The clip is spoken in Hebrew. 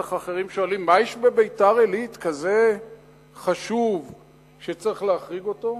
ובטח אחרים שואלים: מה יש בביתר-עילית כזה חשוב שצריך להחריג אותו?